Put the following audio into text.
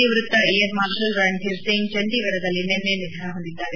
ನಿವೃತ್ತ air marshal Randhir Singh ಚಂಡೀಗಢದಲ್ಲಿ ನಿನ್ನೆ ನಿಧನ ಹೊಂದಿದ್ದಾರೆ